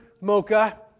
mocha